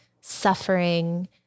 suffering